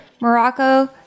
Morocco